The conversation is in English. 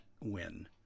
win